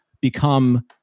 become